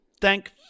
thank